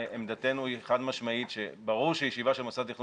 עמדתנו היא חד משמעית שברור שישיבה של מוסד תכנון